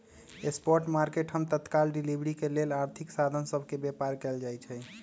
spot market हम तत्काल delivery के लेल आर्थिक साधन सभ के व्यापार कयल जाइ छइ